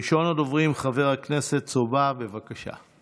ראשון הדוברים, חבר הכנסת סובה, בבקשה.